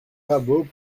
rabault